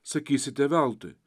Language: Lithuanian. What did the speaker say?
sakysite veltui